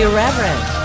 Irreverent